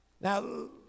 Now